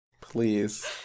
Please